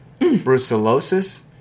brucellosis